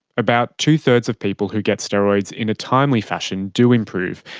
about two-thirds of people who get steroids in a timely fashion do improve,